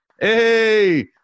Hey